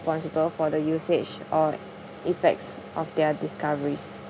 responsible for the usage or effects of their discoveries